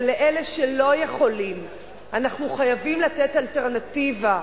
אבל לאלה שלא יכולים אנחנו חייבים לתת אלטרנטיבה.